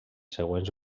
següents